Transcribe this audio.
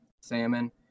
salmon